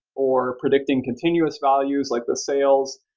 or predicting continuous values, like the sales.